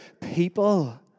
people